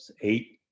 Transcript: eight